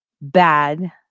bad